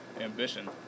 ambition